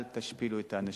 אל תשפילו את האנשים.